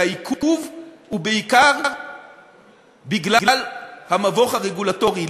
שהעיכוב הוא בעיקר בגלל המבוך הרגולטורי.